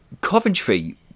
Coventry